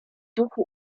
duchu